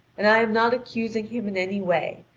and i am not accusing him in any way,